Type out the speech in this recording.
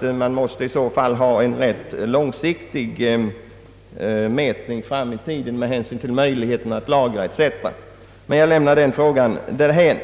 ty man måste göra en rätt långsiktig mätning fram i tiden med hänsyn till möjligheterna att lagra etc. Men jag lämnar frågan därhän.